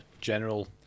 general